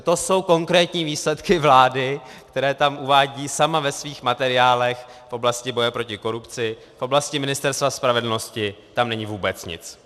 To jsou konkrétní výsledky vlády, které uvádí sama ve svých materiálech v oblasti boje proti korupci, v oblasti Ministerstva spravedlnosti tam není vůbec nic.